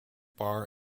bar